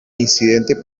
incidente